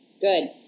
Good